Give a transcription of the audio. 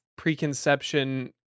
preconception